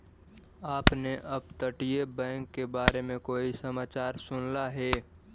आपने अपतटीय बैंक के बारे में कोई समाचार सुनला हे